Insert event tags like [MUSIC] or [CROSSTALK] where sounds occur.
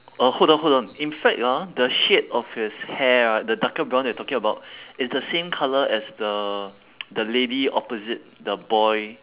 uh hold on hold on in fact ah the shade of his hair ah the darker brown that you're talking about is the same colour as the [NOISE] the lady opposite the boy